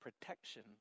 protection